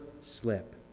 slip